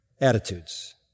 attitudes